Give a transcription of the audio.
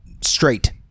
straight